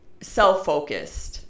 self-focused